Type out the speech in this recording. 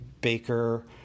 Baker